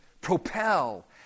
propel